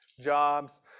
jobs